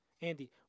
Andy